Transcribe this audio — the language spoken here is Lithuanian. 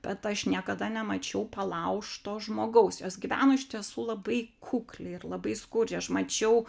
bet aš niekada nemačiau palaužto žmogaus jos gyveno iš tiesų labai kukliai ir labai skurdžiai aš mačiau